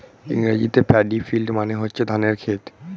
ইংরেজিতে paddy field মানে হচ্ছে ধানের ক্ষেত